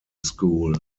school